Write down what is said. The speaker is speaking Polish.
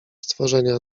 stworzenia